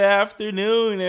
afternoon